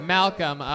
Malcolm